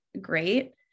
great